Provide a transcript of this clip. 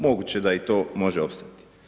Moguće da i to može opstati.